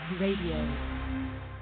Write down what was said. Radio